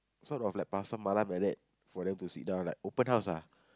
sort of like Pasar Malam like that for them to sit down like open house ah